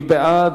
מי בעד,